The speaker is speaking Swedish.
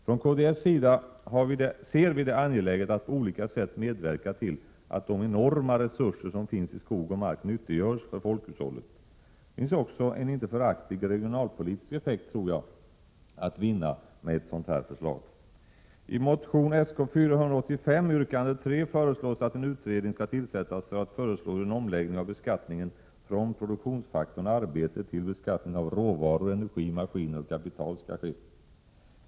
Från kds sida anser vi det vara angeläget att på olika sätt medverka till att de enorma resurser som finns i skog och mark nyttiggörs för folkhushållet. Det finns nog också en inte föraktlig regionalpolitisk effekt att vinna med ett sådant förslag. I motion Sk485, yrkande 3, föreslås att en utredning skall tillsättas för att föreslå hur en omläggning av beskattning från produktionsfaktorn arbete till beskattning av råvaror, energi, maskiner och kapital kan ske.